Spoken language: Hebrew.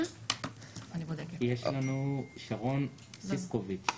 מערכת יחסים מורכבת עם יחסי כוחות בלתי